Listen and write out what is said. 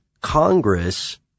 Congress